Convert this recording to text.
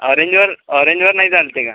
ऑरेंजवर ऑरेंजवर नाही चालते का